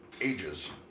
ages